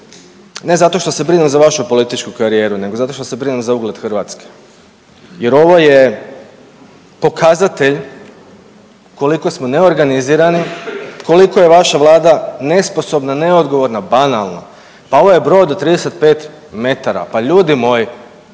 ne zato što se brinem za vašu političku karijeru nego zato što se brinem za ugled Hrvatske. Jer ovo je pokazatelj koliko smo neorganizirani, koliko je vaša Vlada nesposobna, neodgovorna, banalna. Pa ovo je brod od 35 metara. Pa ljudi moji.